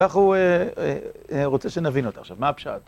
כך הוא רוצה שנבין אותה. עכשיו, מה הפשט?